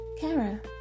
Kara